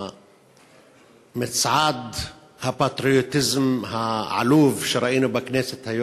מצעד הפטריוטיזם העלוב שראינו היום בכנסת,